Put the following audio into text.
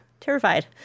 Terrified